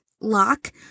lock